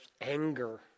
anger